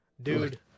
Dude